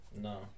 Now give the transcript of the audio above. no